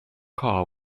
car